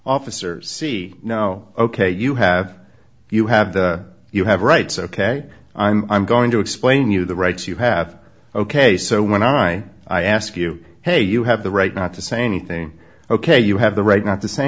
officers see no ok you have you have the you have rights ok i'm going to explain you the rights you have ok so when i ask you hey you have the right not to say anything ok you have the right not to say